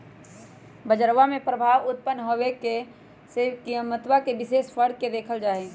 बजरवा में प्रभाव उत्पन्न होवे से कीमतवा में विशेष फर्क के देखल जाहई